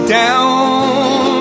down